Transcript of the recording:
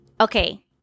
Okay